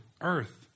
earth